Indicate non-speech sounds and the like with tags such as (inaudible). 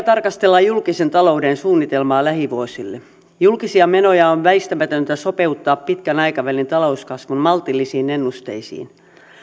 (unintelligible) tarkastella julkisen talouden suunnitelmaa lähivuosille julkisia menoja on väistämätöntä sopeuttaa pitkän aikavälin talouskasvun maltillisiin ennusteisiin